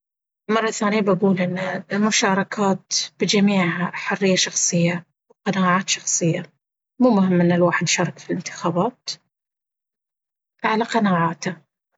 للمرة الثانية بقول ان المشاركات بجميعها حرية شخصية قناعات شخصية مو مهم ان الواحد يشارك في الانتخابات! على قناعاته.